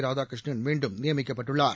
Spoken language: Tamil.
ராதாகிருஷ்ணன் மீண்டும் நியமிக்கப்பட்டுள்ளார்